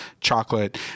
chocolate